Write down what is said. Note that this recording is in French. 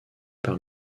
par